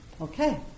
Okay